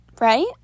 right